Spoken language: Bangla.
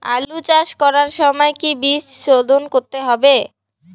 আলু চাষ করার সময় কি বীজ শোধন করতে হবে?